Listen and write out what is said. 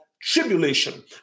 tribulation